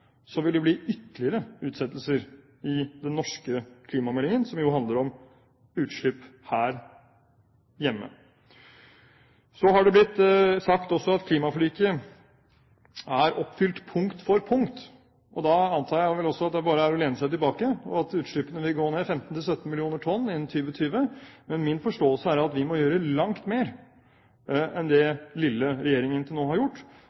så vil det bli ytterligere utsettelser i den norske klimameldingen, som jo handler om utslipp her hjemme. Så har det også blitt sagt at klimaforliket er oppfylt punkt for punkt. Da antar jeg at det bare er å lene seg tilbake, og at utslippene vil gå ned 15–17 mill. tonn innen 2020. Men min forståelse er at vi må gjøre langt mer enn det lille regjeringen til nå har gjort.